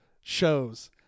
shows